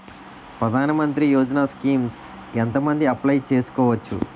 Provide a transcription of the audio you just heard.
ప్రధాన మంత్రి యోజన స్కీమ్స్ ఎంత మంది అప్లయ్ చేసుకోవచ్చు?